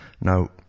Now